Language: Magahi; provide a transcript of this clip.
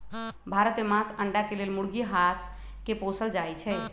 भारत में मास, अण्डा के लेल मुर्गी, हास के पोसल जाइ छइ